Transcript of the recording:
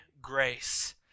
grace